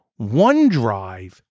OneDrive